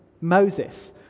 Moses